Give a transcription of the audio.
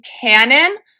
canon